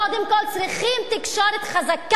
קודם כול אנחנו צריכים תקשורת חזקה,